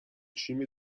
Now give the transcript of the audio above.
cime